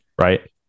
Right